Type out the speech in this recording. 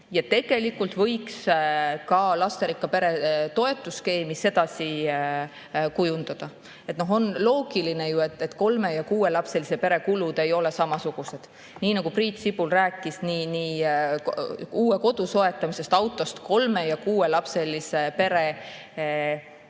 Tegelikult võiks ka lasterikka pere toetusskeemi sedasi kujundada. On loogiline, et kolme- ja kuuelapselise pere kulud ei ole ühesugused. Priit Sibul rääkis uue kodu soetamisest, autost – kolme- ja kuuelapselise pere kulud